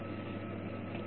సరే